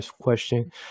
question